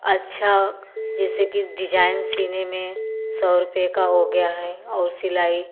अच्छा जैसे कि डिजाईन सिलने में सौ रुपये का हो गया है और सिलाई